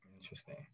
Interesting